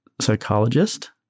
psychologist